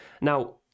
Now